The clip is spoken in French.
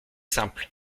simple